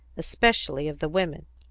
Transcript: especially of the women.